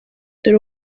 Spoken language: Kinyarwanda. dore